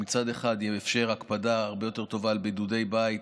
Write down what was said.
הוא מצד אחד יאפשר הקפדה הרבה יותר טובה על בידודי בית